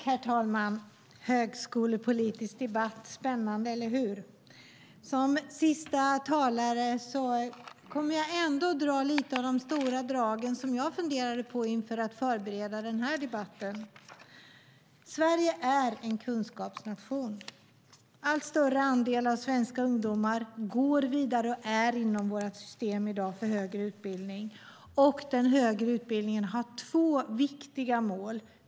Herr talman! Högskolepolitisk debatt är spännande - eller hur? Som sista talare kommer jag ändå att ta upp lite av de stora drag som jag funderade på när jag förberedde den här debatten. Sverige är en kunskapsnation. En allt större andel av svenska ungdomar går vidare till och är i dag inom vårt system för högre utbildning. Den högre utbildningen har två viktiga mål.